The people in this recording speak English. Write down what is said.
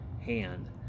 hand